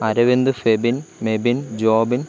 Aravind Febin Mebin Jobin